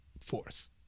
force